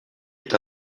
est